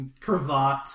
cravat